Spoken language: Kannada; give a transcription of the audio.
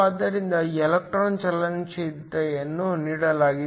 ಆದ್ದರಿಂದ ಎಲೆಕ್ಟ್ರಾನ್ ಚಲನಶೀಲತೆಯನ್ನು ನೀಡಲಾಗಿದೆ